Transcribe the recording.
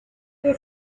they